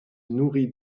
nourrit